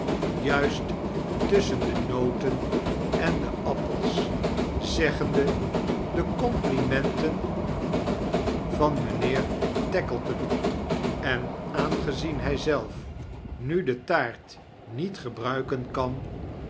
juist tusschen de noten en de appels zeggende de complimenten van mijnheer tackleton en aangezien hij zelf nu de taart niet gebraikien kan